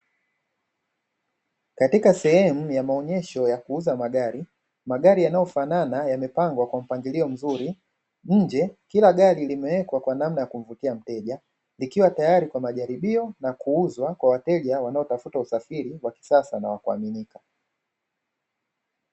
Katika sehemu ya maonyesho ya kuuza magari, magari yanayofanana yamepangwa kwa mpangilio mzuri, nje kila gari limewekwa kwa namna ya kumvutia mteja likiwa tayari kwa majaribio na kuuzwa kwa wateja wanaotafuta usafiri wa kisasa na wa kuaminika.